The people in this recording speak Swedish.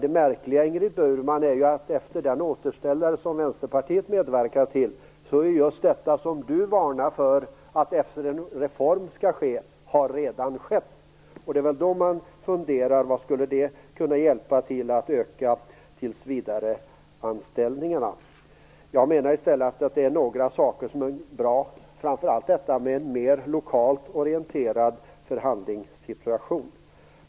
Det märkliga är att just detta som Ingrid Burman varnar för kommer att ske efter reformen ju redan har skett efter den återställare som Vänsterpartiet medverkade till. Det är väl då man funderar över hur det skulle kunna hjälpa till att öka tillsvidareanställningarna. Jag menar i stället att det är några saker som är bra, framför allt detta med en mer lokalt orienterad förhandlingssituation.